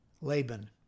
Laban